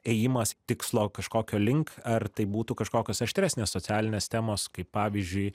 ėjimas tikslo kažkokio link ar tai būtų kažkokios aštresnės socialinės temos kaip pavyzdžiui